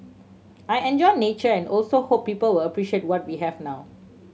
I enjoy nature and also hope people will appreciate what we have now